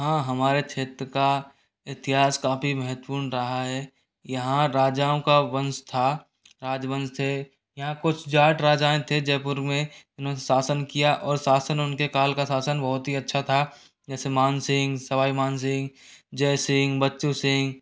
हाँ हमारे क्षेत्र का इतिहास काफ़ी महत्वपूर्ण रहा है यहाँ राजाओं का वंश था राजवंश थे यहाँ कुछ जाट राजाएँ थे जयपुर में इन्होंने शासन किया और शासन उनके काल का शासन बहुत ही अच्छा था जैसे मान सिंह सवाई मानसिंह जय सिंह बच्चु सिंह